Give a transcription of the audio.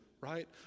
right